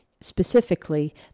specifically